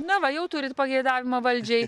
na va jau turit pageidavimą valdžiai